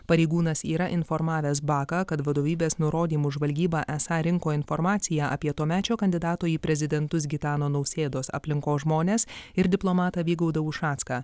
pareigūnas yra informavęs baką kad vadovybės nurodymu žvalgyba esą rinko informaciją apie tuomečio kandidato į prezidentus gitano nausėdos aplinkos žmones ir diplomatą vygaudą ušacką